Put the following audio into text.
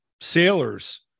sailors